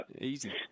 Easy